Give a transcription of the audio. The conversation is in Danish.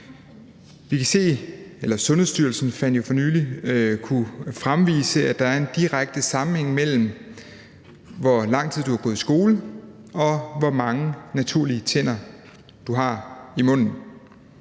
Sundhedsstyrelsen kunne for nylig fremvise, at der er en direkte sammenhæng mellem, hvor lang tid du har gået i skole, og hvor mange naturlige tænder du har i munden.